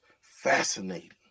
fascinating